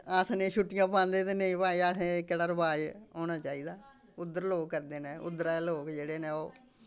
अस निं छुट्टियां पांदे ते नेईं भाई असें एह्कड़ा रवाज होना चाहिदा उद्धर लोक करदे न उद्धरा दे लोक जेह्ड़े न ओह्